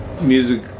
music